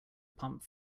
pumped